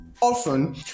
Often